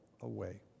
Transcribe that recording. away